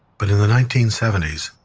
but in the nineteen seventy s,